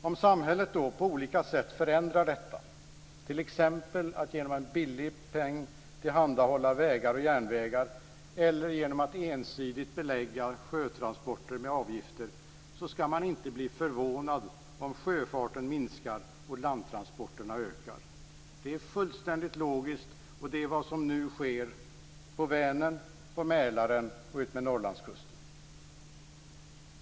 Om samhället på olika sätt förändrar detta, t.ex. att genom en billig peng tillhandahålla vägar och järnvägar eller genom att ensidigt belägga sjötransporter med avgifter ska man inte bli förvånad om sjöfarten minskar och landtransporterna ökar. Det är fullständigt logiskt, och det är vad som nu sker på Vänern, på Mälaren och utmed Norrlandskusten.